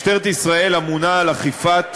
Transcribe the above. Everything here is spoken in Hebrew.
משטרת ישראל אמונה על אכיפת